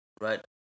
Right